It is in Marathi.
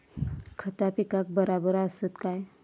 खता पिकाक बराबर आसत काय?